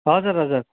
हजुर हजुर